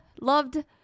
Loved